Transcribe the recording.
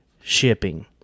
shipping